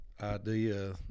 idea